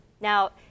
Now